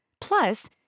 Plus